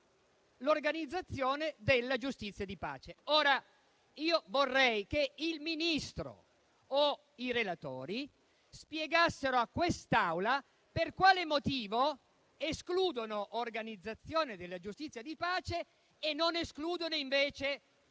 l'organizzazione della giustizia di pace. Ora io vorrei che il Ministro o i relatori spiegassero all'Assemblea per quale motivo escludono l'organizzazione della giustizia di pace e non invece